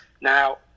Now